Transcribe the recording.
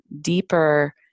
deeper